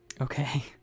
Okay